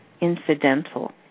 incidental